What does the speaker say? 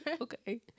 Okay